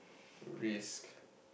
risk